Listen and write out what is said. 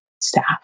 staff